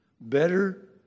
Better